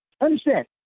Understand